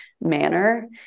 manner